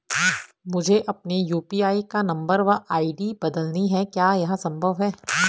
मुझे अपने यु.पी.आई का नम्बर और आई.डी बदलनी है क्या यह संभव है?